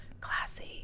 classy